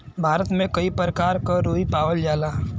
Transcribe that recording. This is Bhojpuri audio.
भारत में कई परकार क रुई पावल जाला